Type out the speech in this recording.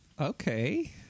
Okay